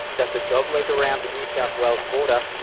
does a dog-leg around the new south wales border,